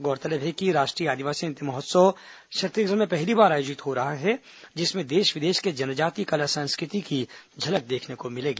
गौरतलब है कि राष्ट्रीय आदिवासी नृत्य महोत्सव छत्तीसगढ़ में पहली बार आयोजित हो रहा है जिसमें देश विदेश के जनजातीय कला संस्कृति की झलक देखने को मिलेगी